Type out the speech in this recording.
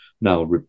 now